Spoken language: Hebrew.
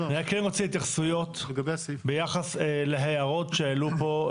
אני כן רוצה התייחסויות ביחס להערות שעלו פה,